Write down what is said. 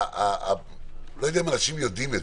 לא יודע אם אנשים יודעים,